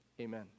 Amen